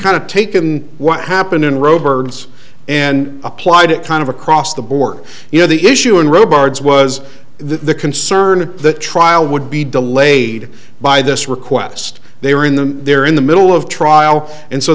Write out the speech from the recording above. kind of taken what happened in roe birds and applied it kind of across the board you know the issue in regards was the concern that trial would be delayed by this request they were in them there in the middle of trial and so